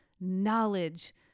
knowledge